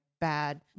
bad